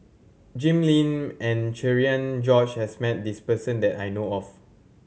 Jim Lim and Cherian George has met this person that I know of